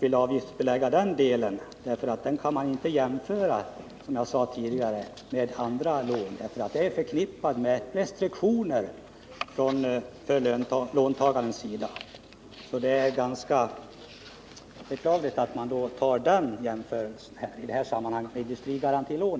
vill avgiftsbelägga de lån som rör jordbruket. De lånen kan nämligen inte, som jag sade tidigare, jämföras med andra lån. De är förknippade med restriktioner för låntagarna. Det är därför beklagligt att man gör jämförelser med industrigarantilån.